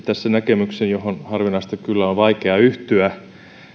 tässä näkemyksen johon harvinaista kyllä on vaikea yhtyä